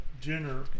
dinner